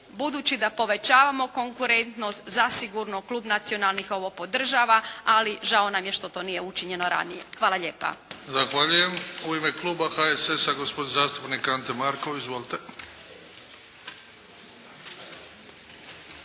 budući da povećavamo konkurentnost, Klub nacionalnih ovo podržava ali žao nam je što nije učinjeno ranije. Hvala lijepa. **Bebić, Luka (HDZ)** Zahvaljujem. U ime Kluba HSS-a gospodin zastupnik Ante Markov izvolite.